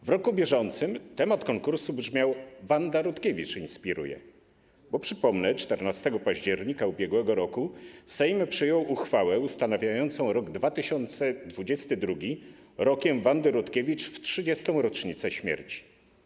W roku bieżącym temat konkursu brzmiał: ˝Wanda Rutkiewicz inspiruje˝, bo przypomnę, że 14 października ubiegłego roku Sejm przyjął uchwałę ustanawiającą rok 2022 rokiem Wandy Rutkiewicz w 30. rocznicę śmierci.